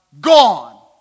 gone